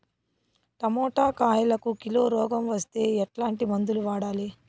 Tomato కాయలకు kilo రోగం వస్తే ఎట్లాంటి మందులు వాడాలి?